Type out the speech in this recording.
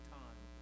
time